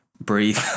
breathe